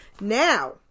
Now